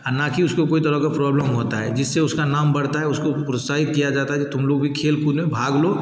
और नाकि उसको कोई तरह का प्रॉब्लम होता है जिससे उसका नाम बढ़ता है उसको प्रोत्साहित किया जाता है कि तुम लोग भी खेल कूद में भाग लो